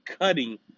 cutting